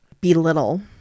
belittle